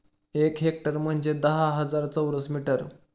एक हेक्टर म्हणजे दहा हजार चौरस मीटर